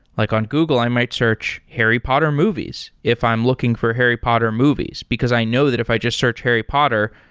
like on google i might search harry potter movies if i'm looking for harry potter movies, because i know that if i just search harry potter,